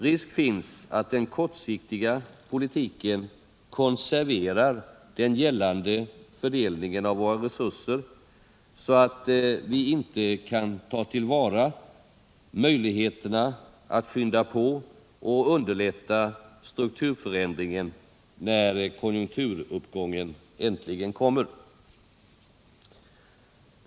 Risk finns att den kortsiktiga politiken konserverar den gällande fördelningen av våra resurser, så att vi inte kan ta till vara möjligheterna att skynda på och underlätta strukturförändringen när konjunkturuppgången äntligen kommer.